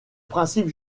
principes